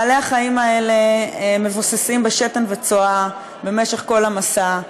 בעלי-החיים האלה מבוססים בשתן וצואה במשך כל המסע,